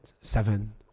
seven